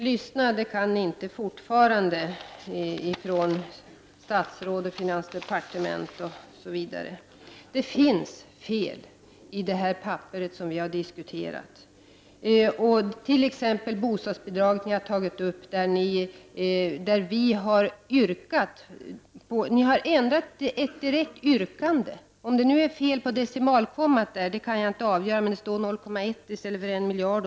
Herr talman! Lyssna kan ni statsråd i finansdepartementet fortfarande inte! Det finns fel i den analys som socialdemokraterna har gjort av centerpartiets och moderaternas motioner och som vi här har diskuterat. När det gäller bostadsbidraget har ni t.ex. ändrat ett direkt yrkande — om det är fel på decimalkommat eller vad det är kan jag inte avgöra, men det står 0,1 i stället för 1 miljard.